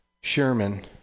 Sherman